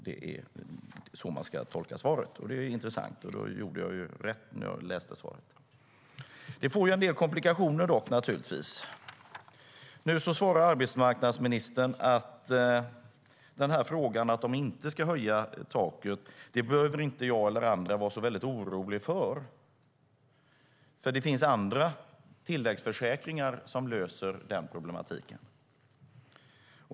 Det är så man ska tolka svaret, och det är ju intressant. Då gjorde jag rätt tolkning när jag läste svaret. Detta leder naturligtvis till en del komplikationer. Arbetsmarknadsministern svarar att det här att de inte ska höja taket inte är något som jag eller andra behöver vara så oroliga för - det finns andra tilläggsförsäkringar som löser den problematiken.